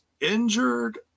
injured